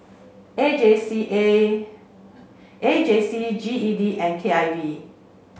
A J C A A J C G E D and K I V